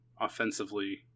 offensively